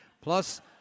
Plus